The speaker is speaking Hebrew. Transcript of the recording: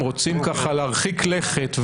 אם רוצים ככה להרחיק לכת.